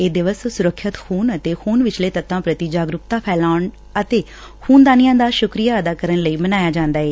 ਇਹ ਦਿਵਸ ਸੁਰੱਖਿਅਤ ਖੁਨ ਅਤੇ ਖੁਨ ਵਿਚਲੇ ਤੱਤਾਂ ਪ੍ਰਤੀ ਜਾਗਰੂਕਤਾ ਫੈਲਾਉਣ ਅਤੇ ਖੁਨਦਾਨੀਆਂ ਦਾ ਸ਼ਕਰੀਆਂ ਅਦਾ ਕਰਨ ਲਈ ਮਨਾਇਆ ਜਾਂਦਾ ਏ